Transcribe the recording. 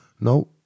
No